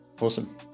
Awesome